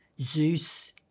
Zeus